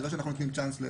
זה לא שאנחנו נותנים צ'אנס,